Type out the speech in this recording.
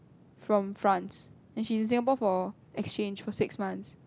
from France and she is in Singapore for exchange for six month